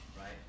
right